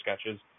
sketches